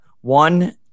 one